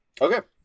Okay